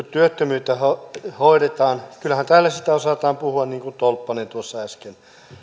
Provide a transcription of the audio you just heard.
työttömyyttä hoidetaan kyllähän tällaisesta osataan puhua niin kuin tolppanen tuossa äsken